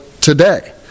today